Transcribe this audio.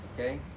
okay